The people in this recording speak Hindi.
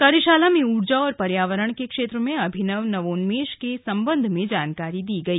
कार्यशाला में ऊर्जा और पर्यावरण के क्षेत्र में अभिनव नवोन्मेष के संबंध में जानकारी दी गई